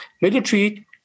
military